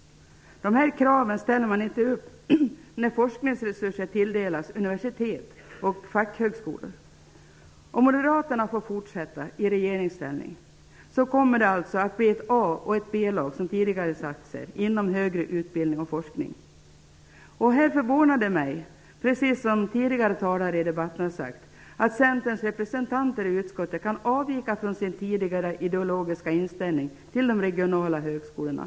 Dessa krav ställer man inte upp när forskningsresurser tilldelas universitet och fackhögskolor. Om moderaterna får fortsätta i regeringsställning kommer det alltså att bli ett A Det förvånar mig, precis som tidigare talare i debatten, att centerns representanter i utskottet kan avvika från sin tidigare ideologiska inställning till de regionala högskolorna.